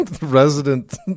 Resident